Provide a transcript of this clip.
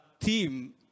theme